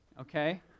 okay